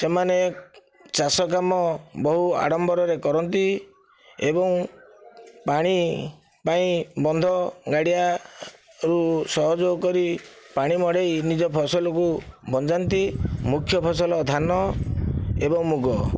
ସେମାନେ ଚାଷ କାମ ବହୁତ ଆଡ଼ମ୍ବରରେ କରନ୍ତି ଏବଂ ପାଣି ପାଇଁ ବନ୍ଧ ଗାଡ଼ିଆ ସବୁ ସହଯୋଗ କରି ପାଣି ମଡ଼ାଇ ନିଜ ଫସଲକୁ ବଞ୍ଚାନ୍ତି ମୁଖ୍ୟ ଫସଲ ଧାନ ଏବଂ ମୁଗ